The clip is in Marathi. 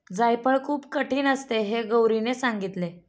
जायफळ खूप कठीण असते हे गौरीने सांगितले